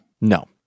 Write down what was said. No